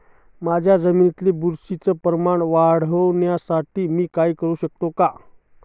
माझ्या जमिनीत बुरशीचे प्रमाण वाढवण्यासाठी मी काय करू शकतो?